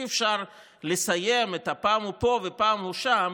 אי-אפשר לסיים את "פעם הוא פה ופעם הוא שם"